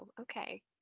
okay